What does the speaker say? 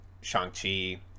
Shang-Chi